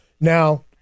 Now